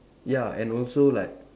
ya and also like